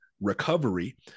recovery